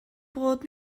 bod